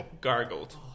gargled